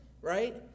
right